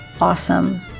awesome